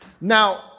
Now